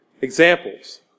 examples